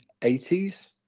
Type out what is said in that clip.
80s